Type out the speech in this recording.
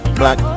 black